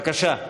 בבקשה.